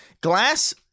glass